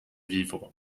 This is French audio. vivre